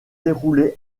déroulée